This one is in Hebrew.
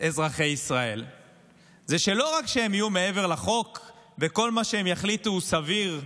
לאזרחי ישראל הוא שלא רק שהם יהיו מעבר לחוק וכל מה שהם יחליטו סביר,